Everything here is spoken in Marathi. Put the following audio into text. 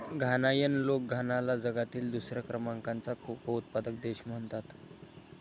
घानायन लोक घानाला जगातील दुसऱ्या क्रमांकाचा कोको उत्पादक देश म्हणतात